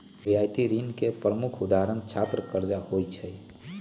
रियायती ऋण के प्रमुख उदाहरण छात्र करजा होइ छइ